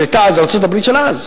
כשיוון היתה ארצות-הברית של אז.